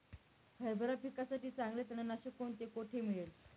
हरभरा पिकासाठी चांगले तणनाशक कोणते, कोठे मिळेल?